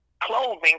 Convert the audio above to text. clothing